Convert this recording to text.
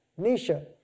Nisha